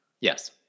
Yes